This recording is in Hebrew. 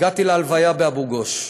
הגעתי להלוויה באבו-גוש,